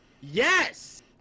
Yes